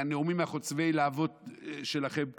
מהנאומים חוצבי הלהבות שלכם כאן,